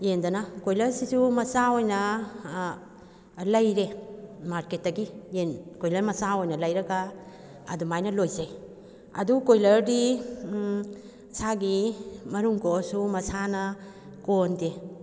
ꯌꯦꯟꯗꯅ ꯀꯨꯔꯣꯏꯂꯔꯁꯤꯁꯨ ꯃꯆꯥ ꯑꯣꯏꯅ ꯂꯩꯔꯦ ꯃꯥꯔꯀꯦꯠꯇꯒꯤ ꯌꯦꯟ ꯀꯣꯏꯂꯔ ꯃꯆꯥ ꯑꯣꯏꯅ ꯂꯩꯔꯒ ꯑꯗꯨꯃꯥꯏꯅ ꯂꯣꯏꯖꯩ ꯑꯗꯨ ꯀꯣꯏꯂꯔꯗꯤ ꯃꯁꯥꯒꯤ ꯃꯔꯨꯝ ꯀꯣꯛꯑꯁꯨ ꯃꯁꯥꯅ ꯀꯣꯟꯗꯦ